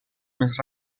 més